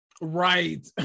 right